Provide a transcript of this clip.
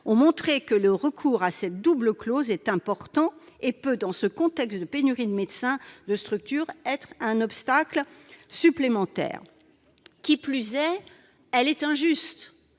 ont montré que le recours à cette double clause est important et peut, dans un contexte de pénurie de médecins et de structures, constituer un obstacle supplémentaire. Qui plus est, cette